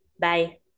Bye